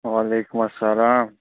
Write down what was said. وعلیکُم السلام